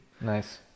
nice